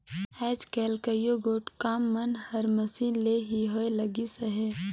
आएज काएल कइयो गोट काम मन हर मसीन ले ही होए लगिस अहे